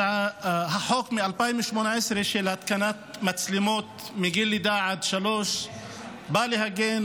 החוק מ-2018 של התקנת מצלמות מגיל לידה עד שלוש בא להגן